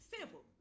Simple